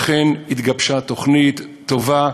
אכן התגבשה תוכנית טובה.